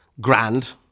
grand